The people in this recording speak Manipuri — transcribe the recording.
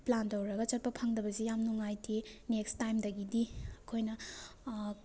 ꯄ꯭ꯂꯥꯟ ꯇꯧꯔꯨꯔꯒ ꯆꯠꯄ ꯐꯪꯗꯕꯁꯤ ꯌꯥꯝ ꯅꯨꯡꯉꯥꯏꯇꯦ ꯅꯦꯛꯁ ꯇꯥꯏꯝꯗꯒꯤꯗꯤ ꯑꯩꯈꯣꯏꯅ